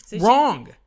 Wrong